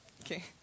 Okay